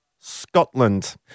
Scotland